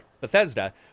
Bethesda